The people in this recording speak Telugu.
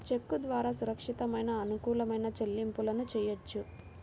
చెక్కు ద్వారా సురక్షితమైన, అనుకూలమైన చెల్లింపులను చెయ్యొచ్చు